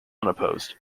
unopposed